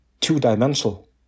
two-dimensional